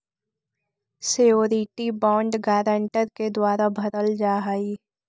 surety bond guarantor के द्वारा भरल जा हइ